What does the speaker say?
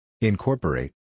Incorporate